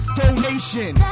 donation